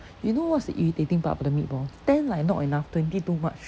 you know what's the irritating part of the meatball ten like not enough twenty too much